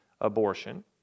abortion